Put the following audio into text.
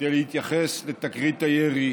כדי להתייחס לתקרית הירי